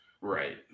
Right